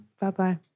Bye-bye